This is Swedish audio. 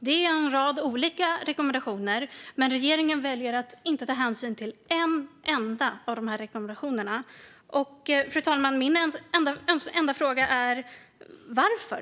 Man har en rad olika rekommendationer, men regeringen väljer att inte ta hänsyn till en enda av dessa. Min enda fråga är: Varför?